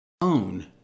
own